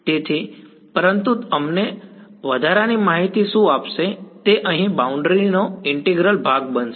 તેથી પરંતુ અમને વધારાની માહિતી શું આપશે તે અહીં બાઉન્ડ્રી નો ઈન્ટીગ્રલ ભાગ બનશે